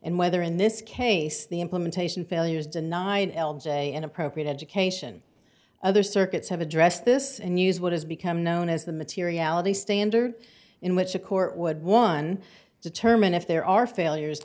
and whether in this case the implementation failure is denied l j and appropriate education other circuits have addressed this and use what has become known as the materiality standard in which a court would one determine if there are failures